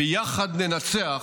ביחד ננצח,